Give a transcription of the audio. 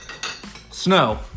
Snow